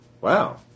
Wow